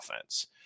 offense